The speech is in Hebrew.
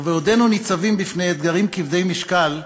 ובעודנו ניצבים בפני אתגרים כבדי משקל,